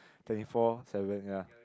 twenty four seven ya